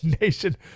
Nation